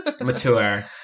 Mature